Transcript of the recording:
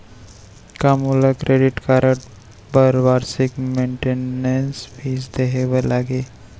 का मोला credit card बर वार्षिक मेंटेनेंस फीस देहे बर लागही?